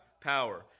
power